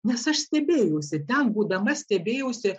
nes aš stebėjausi ten būdama stebėjausi